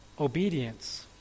obedience